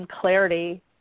clarity